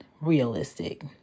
realistic